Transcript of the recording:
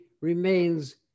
remains